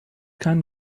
keinen